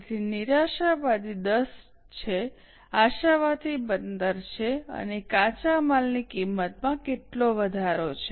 તેથી નિરાશાવાદી 10 છે આશાવાદી 15 છે અને કાચા માલની કિંમતમાં કેટલો વધારો છે